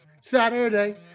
Saturday